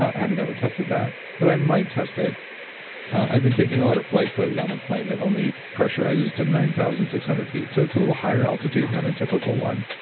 i have never tested that, but i might test it i've been taking a lot of flights lately on a plane that only pressurizes to nine thousand six hundred ft so it's a little higher altitude than a typical one,